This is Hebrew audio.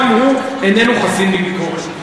גם הוא איננו חסין מביקורת.